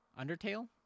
Undertale